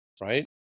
right